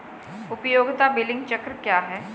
उपयोगिता बिलिंग चक्र क्या है?